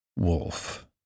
Wolf